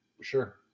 sure